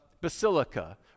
basilica